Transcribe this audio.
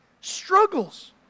struggles